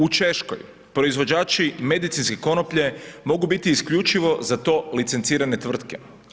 U Češkoj, proizvođači medicinske konoplje mogu biti isključivo za to licencirane tvrtke.